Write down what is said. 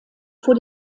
vor